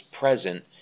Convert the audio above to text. present